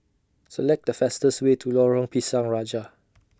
Select The fastest Way to Lorong Pisang Raja